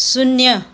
शून्य